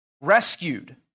rescued